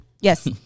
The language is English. yes